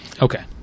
Okay